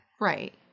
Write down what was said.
Right